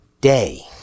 day